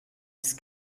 ist